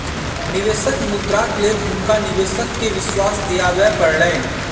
निवेशक मुद्राक लेल हुनका निवेशक के विश्वास दिआबय पड़लैन